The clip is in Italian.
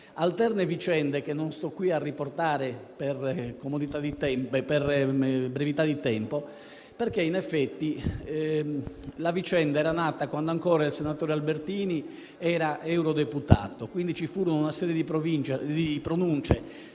alterne vicende che non sto qui a riportare per brevità di tempo, perché in effetti la vicenda era nata quando il senatore Albertini era eurodeputato. Ci furono una serie di pronunce